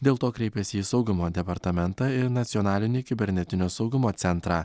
dėl to kreipėsi į saugumo departamentą ir nacionalinį kibernetinio saugumo centrą